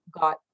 got